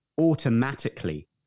automatically